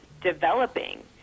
developing